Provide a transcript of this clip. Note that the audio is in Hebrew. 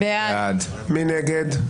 מי נגד?